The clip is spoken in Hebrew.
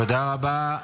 תודה רבה.